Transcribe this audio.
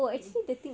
mm mm